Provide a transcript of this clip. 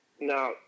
Now